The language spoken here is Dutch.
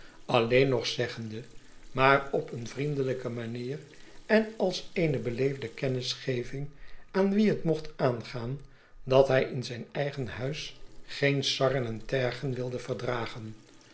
aileen nog zeggende maar op eene vriendelijke manier en als eene beleefde kennisgeving aan wien het mocht aangaan dat hij in zijn eigen huis geen sarren en tergen wilde verdragen